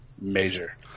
Major